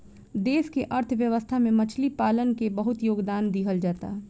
देश के अर्थव्यवस्था में मछली पालन के बहुत योगदान दीहल जाता